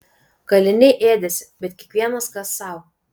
kaliniai ėdėsi bet kiekvienas kas sau